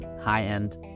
high-end